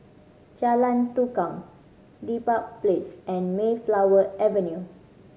Jalan Tukang Dedap Place and Mayflower Avenue